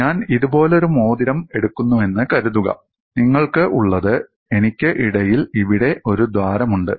ഞാൻ ഇതുപോലൊരു മോതിരം എടുക്കുന്നുവെന്ന് കരുതുക നിങ്ങൾക്ക് ഉള്ളത് എനിക്ക് ഇടയിൽ ഇവിടെ ഒരു ദ്വാരമുണ്ട്